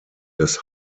des